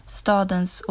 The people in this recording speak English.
stadens